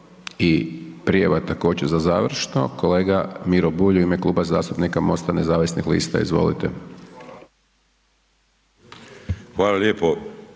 I prijava također za završno, kolega Miro Bulj u ime Kluba zastupnika MOST-a nezavisnih lista, izvolite. **Bulj,